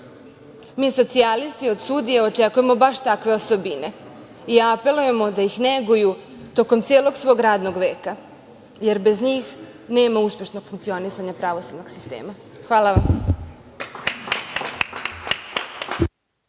socijalisti od sudije očekujemo baš takve osobine i apelujemo da ih neguju tokom celog svog radnog veka, jer bez njih nema uspešnog funkcionisanja pravosudnog sistema. Hvala.